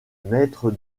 maître